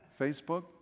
Facebook